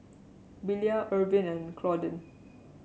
Willia Ervin and Claudine